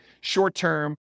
short-term